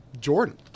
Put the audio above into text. Jordan